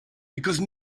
because